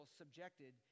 subjected